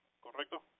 ¿correcto